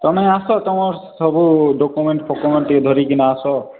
ତୁମେ ଆସ ତୁମର ସବୁ ଡକ୍ୟୁମେଣ୍ଟ୍ ଫକ୍ୟୁମେଣ୍ଟ୍ ଇଏ ଧରିକିନା ଆସ